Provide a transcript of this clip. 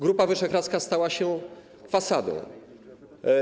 Grupa Wyszehradzka stała się fasadą.